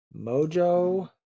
Mojo